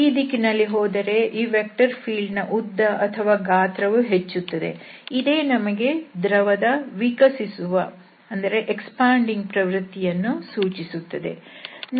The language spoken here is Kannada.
ಈ ದಿಕ್ಕಿನಲ್ಲಿ ಹೋದರೆ ಈ ವೆಕ್ಟರ್ ಫೀಲ್ಡ್ ನ ಉದ್ದ ಅಥವಾ ಗಾತ್ರ ವು ಹೆಚ್ಚುತ್ತದೆ ಇದೇ ನಮಗೆ ದ್ರವದ ವಿಕಸಿಸುವ ಪ್ರವೃತ್ತಿಯನ್ನು ಸೂಚಿಸುತ್ತದೆ